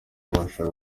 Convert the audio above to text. ubasha